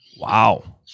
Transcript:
Wow